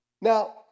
Now